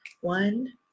One